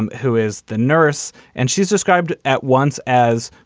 and who is the nurse, and she's described at once as,